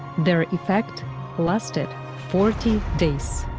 their effect lasted forty days.